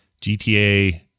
GTA